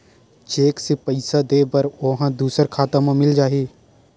Cheque से पईसा दे बर ओहा दुसर खाता म मिल जाही?